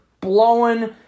blowing